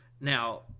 now